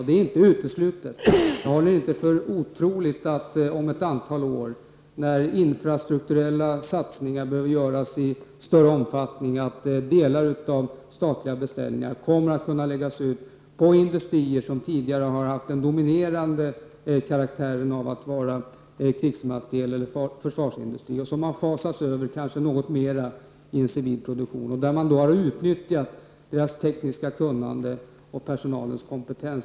Det är inte uteslutet att om ett antal år, när infrastrukturella satsningar behöver göras i större omfattning, delar av statliga beställningar kommer att läggas ut på industrier som tidigare har haft den dominerande karaktären av att vara krigsmateriel eller försvarsindustri och som har fasats över något mer till en civil produktion. Man utnyttjar då deras tekniska kunnande och personalens kompetens.